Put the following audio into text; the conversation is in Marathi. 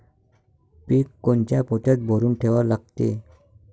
पीक कोनच्या पोत्यात भरून ठेवा लागते?